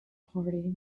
party